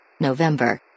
November